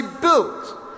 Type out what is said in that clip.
built